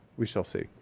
we shall see.